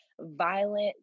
violent